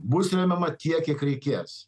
bus remiama tiek kiek reikės